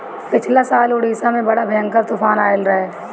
पिछला साल उड़ीसा में बड़ा भयंकर तूफान आईल रहे